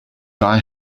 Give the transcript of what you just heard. die